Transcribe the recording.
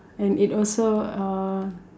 and it also uh